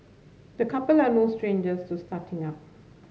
the couple are no strangers to starting up